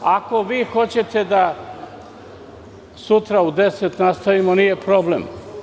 Ako hoćete da sutra u 10,00 nastavimo, nije problem.